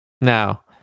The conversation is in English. Now